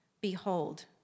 Behold